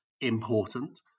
important